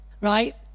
right